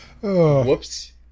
Whoops